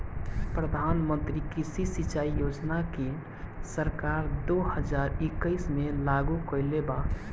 प्रधानमंत्री कृषि सिंचाई योजना के सरकार दो हज़ार इक्कीस में चालु कईले बा